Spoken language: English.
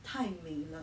太美了